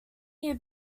year